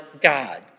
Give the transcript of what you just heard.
God